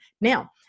Now